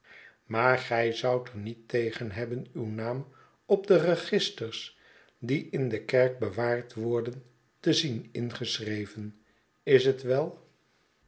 maar gij zoudt er niet tegen hebben uw naam op de registers die in de kerk bewaard worden te zien ingeschreven is het wel